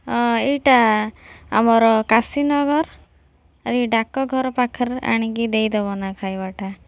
ହଁ ଏହିଟା ଆମର କାଶୀନଗର ଆର୍ ଇ ଡାକଘର ପାଖରେ ଆଣିକି ଦେଇଦବ ନା ଖାଇବାଟା